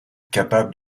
capable